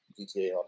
GTA